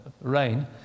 rain